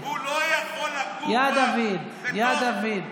הוא לא יכול לגור בתוך, יא דוד, יא דוד.